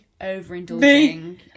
overindulging